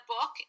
book